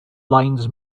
lines